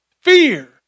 fear